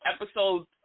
episode